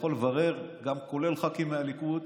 כולל מח"כים מהליכוד,